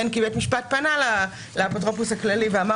ובין אם כי בית המשפט פנה לאפוטרופוס הכללי ואמר